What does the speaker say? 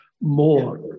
more